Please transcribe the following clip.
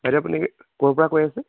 বাইদেউ আপুনি ক'ৰ পৰা কৈ আছে